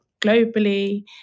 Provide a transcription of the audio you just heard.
globally